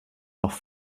noch